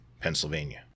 Pennsylvania